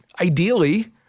Ideally